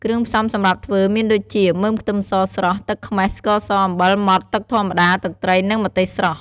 គ្រឿងផ្សំសម្រាប់ធ្វើមានដូចជា មើមខ្ទឹមសស្រស់ ទឹកខ្មេះ ស្ករស អំបិលម៉ដ្ឋ ទឹកធម្មតា ទឹកត្រី និងម្ទេសស្រស់។